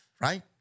right